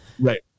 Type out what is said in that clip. Right